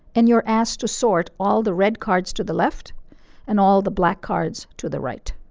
and you're asked to sort all the red cards to the left and all the black cards to the right.